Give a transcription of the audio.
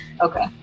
Okay